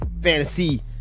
Fantasy